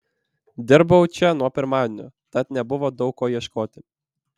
dirbau čia nuo pirmadienio tad nebuvo daug ko ieškoti